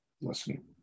Listen